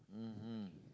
mmhmm